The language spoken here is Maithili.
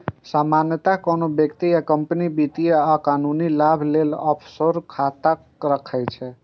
सामान्यतः कोनो व्यक्ति या कंपनी वित्तीय आ कानूनी लाभ लेल ऑफसोर खाता राखै छै